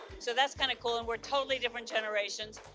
so that's kind of cool, and we're totally different generations.